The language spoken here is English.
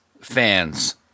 fans